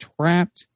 trapped